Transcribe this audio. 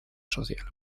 social